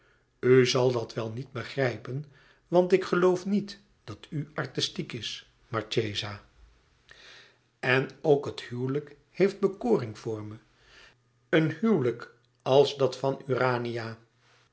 zal dat wel niet begrijpen want ik geloof niet dat u artistiek is marchesa en ook het huwelijk heeft bekoring voor me een huwelijk als dat van urania